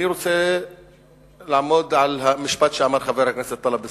אני רוצה לעמוד על המשפט שאמר חבר הכנסת טלב אלסאנע,